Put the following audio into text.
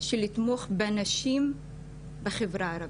לתמוך בנשים בחברה הערבית.